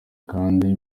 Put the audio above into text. kandi